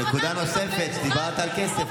נקודה נוספת, דיברת על כסף.